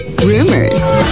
Rumors